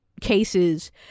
cases